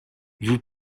vous